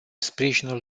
sprijinul